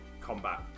combat